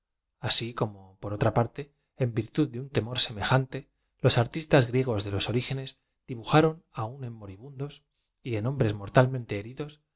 así com o por otra parte en virtud de un temor semejante los ar tistaa griegos de los orígenes dibujaron aun en moribundos y en hombres m ortalm ente heridos